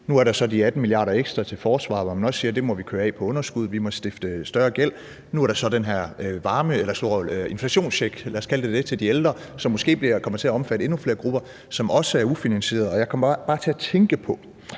Nu er der så de 18 mia. kr. ekstra til forsvaret, hvor man også siger, at det må vi køre af på underskuddet, så vi må stifte større gæld. Nu er der så den her inflationscheck, lad os kalde den det, til de ældre, og den kommer måske til at omfatte endnu flere grupper. Den er også ufinansieret. Jeg kom bare til at tænke på